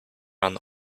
han